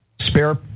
spare